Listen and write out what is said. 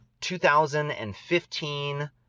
2015